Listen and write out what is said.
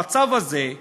המצב הזה,